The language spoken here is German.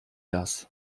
das